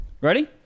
Ready